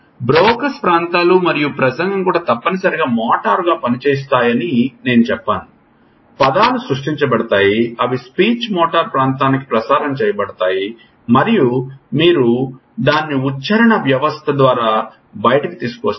Broca's ప్రాంతాలు మరియు ప్రసంగం కూడా తప్పనిసరిగా మోటారుగా పనిచేస్తాయని నేను చెప్పాను పదాలు సృష్టించబడతాయి అవి స్పీచ్ మోటారు ప్రాంతానికి ప్రసారం చేయబడతాయి మరియు మీరు దానిని ఉచ్చారణ వ్యవస్థ ద్వారా బయటకు తీసుకువస్తారు